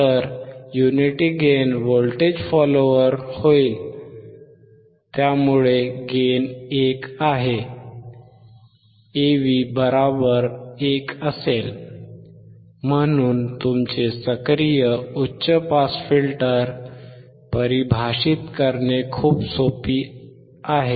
तर unity gain voltage follower होईल त्यामुळे गेन 1आहे AV 1असेल म्हणून तुमचे सक्रिय उच्च पास फिल्टर परिभाषित करणे खूप सोपे आहे